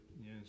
Yes